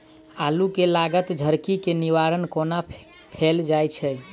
आलु मे लागल झरकी केँ निवारण कोना कैल जाय छै?